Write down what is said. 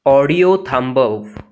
audio थांबव